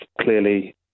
Clearly